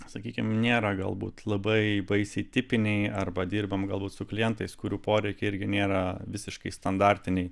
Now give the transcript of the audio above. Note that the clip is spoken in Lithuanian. sakykim nėra galbūt labai baisiai tipiniai arba dirbom galbūt su klientais kurių poreikiai irgi nėra visiškai standartiniai